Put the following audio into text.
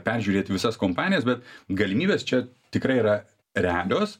peržiūrėti visas kompanijas bet galimybės čia tikrai yra realios